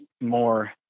more